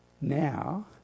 now